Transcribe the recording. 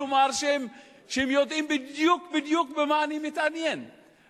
כלומר, הם יודעים בדיוק בדיוק במה אני מתעניין.